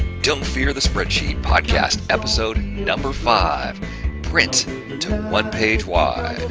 don't fear the spreadsheet, episode number five print to one page wide.